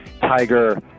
Tiger